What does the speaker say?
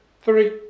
Three